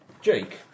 Jake